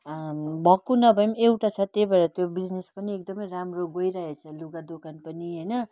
भक्कु नभए एउटा छ त्यही भएर त्यो बिजनेस पनि एकदम राम्रो गइरहेको छ लुगा दोकान पनि होइन